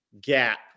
gap